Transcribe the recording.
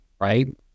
right